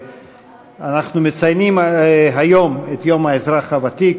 אנחנו מציינים היום את יום האזרח הוותיק.